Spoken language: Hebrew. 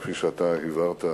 כפי שאתה הבהרת היטב,